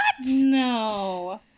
No